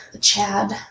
Chad